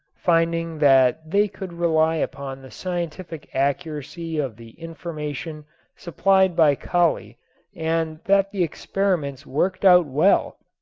finding that they could rely upon the scientific accuracy of the information supplied by kali and that the experiments worked out well,